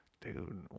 Dude